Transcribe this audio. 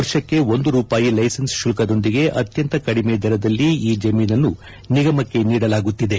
ವರ್ಷಕ್ಕೆ ಒಂದು ರೂಪಾಯಿ ಲೈಸನ್ಟ್ ಶುಲ್ಕ ದೊಂದಿಗೆ ಅತ್ಯಂತ ಕಡಿಮೆ ದರದಲ್ಲಿ ಈ ಜಮೀನನ್ನು ನಿಗಮಕ್ಕೆ ನೀಡಲಾಗುತ್ತಿದೆ